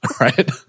right